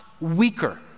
weaker